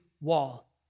wall